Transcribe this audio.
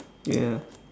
ya